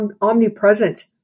omnipresent